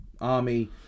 Army